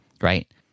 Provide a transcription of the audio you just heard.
right